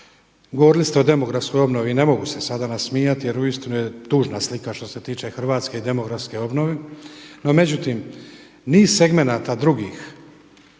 Govorili ste o demografskoj obnovi. Ne mogu se sada nasmijati jer uistinu je tužna slika što se tiče hrvatske demografske obnove. No međutim, niz segmenata drugih